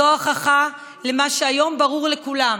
זו ההוכחה למה שהיום ברור לכולם: